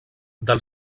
del